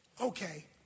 okay